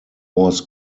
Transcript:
was